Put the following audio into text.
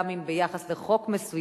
גם אם ביחס לחוק מסוים,